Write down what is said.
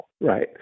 right